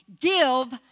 Give